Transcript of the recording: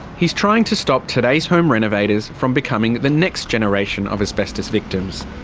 he is trying to stop today's home renovators from becoming the next generation of asbestos victims.